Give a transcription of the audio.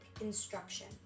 instruction